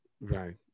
Right